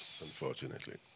Unfortunately